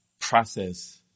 process